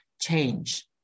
change